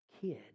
kid